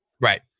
right